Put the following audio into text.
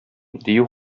дию